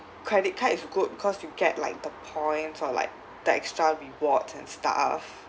credit card is good because you get like the points or like the extra rewards and stuff